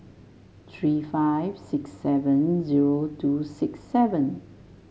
three five six seven zero two six seven